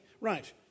Right